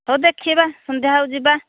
ହଉ ଦେଖିବା ସନ୍ଧ୍ୟା ହଉ ଯିବା